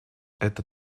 это